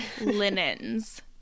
linens